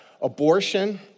Abortion